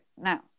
Now